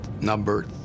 number